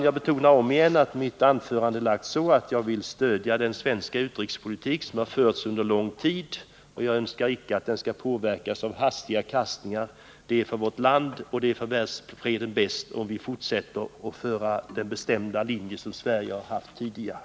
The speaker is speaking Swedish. Jag betonar än en gång att mitt anförande är så hållet att jag vill stödja den svenska utrikespolitik som har förts under lång tid, och jag önskar icke att den skall påverkas av hastiga kastningar — det är för vårt land och för världsfreden bäst om vi fortsätter att föra den bestämda linje som Sverige haft tidigare.